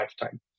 lifetime